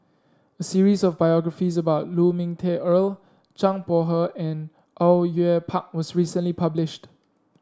a series of biographies about Lu Ming Teh Earl Zhang Bohe and Au Yue Pak was recently published